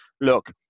look